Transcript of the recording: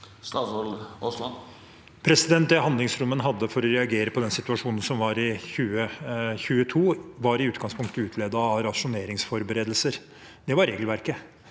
Terje Aasland Det handlings- rommet man hadde for å reagere på den situasjonen som var i 2022, var i utgangspunktet utledet av rasjoneringsforberedelser. Det var regelverket,